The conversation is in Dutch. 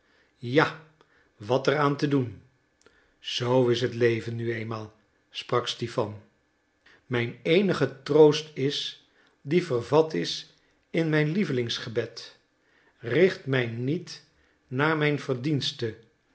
ja wat er aan te doen zoo is het leven nu eenmaal sprak stipan mijn eenige troost is die vervat is in mijn lievelingsgebed richt mij niet naar mijn verdienste